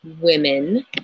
women